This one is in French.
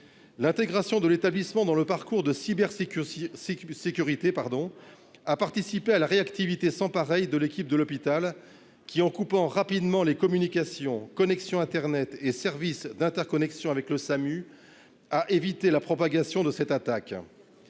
L'intégration de l'établissement dans le parcours de cybersécurité. Sécurité pardon a participé à la réactivité sans pareil de l'équipe de l'hôpital qui en coupant rapidement les communications connexion Internet et services d'interconnexion avec le SAMU à éviter la propagation de cette attaque.